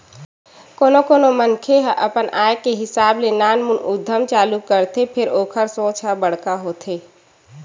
कोनो कोनो मनखे ह अपन आय के हिसाब ले नानमुन उद्यम चालू करथे फेर ओखर सोच ह बड़का होथे